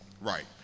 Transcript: Right